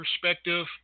perspective